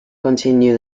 continue